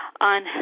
on